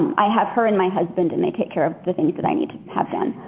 i have her and my husband and they take care of the things that i need to have done.